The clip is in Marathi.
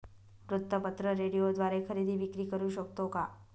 वृत्तपत्र, रेडिओद्वारे खरेदी विक्री करु शकतो का?